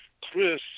Chris